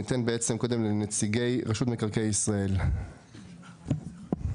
נציגי רשות מקרקעי ישראל, בבקשה.